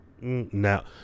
now